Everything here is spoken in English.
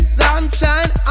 sunshine